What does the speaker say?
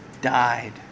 died